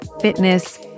fitness